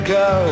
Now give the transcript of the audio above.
go